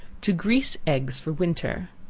to grease eggs for winter.